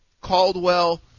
Caldwell